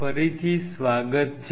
ફરીથી સ્વાગત છે